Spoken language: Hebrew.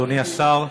אדוני השר,